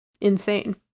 insane